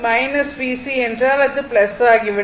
VC என்றால் அது ஆகி விடும்